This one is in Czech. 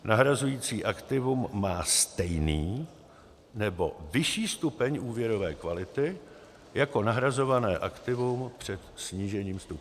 nahrazující aktivum má stejný nebo vyšší stupeň úvěrové kvality jako nahrazované aktivum před snížením stupně.